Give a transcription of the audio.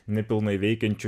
nepilnai veikiančių